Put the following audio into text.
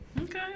Okay